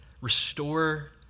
restore